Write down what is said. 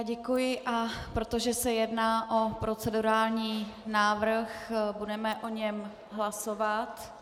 Děkuji, a protože se jedná o procedurální návrh, budeme o něm hlasovat.